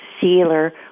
sealer